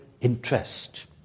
interest